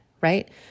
Right